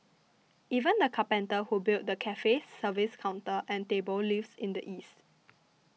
even the carpenter who built the cafe's service counter and tables lives in the east